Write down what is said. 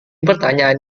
pertanyaan